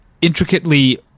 intricately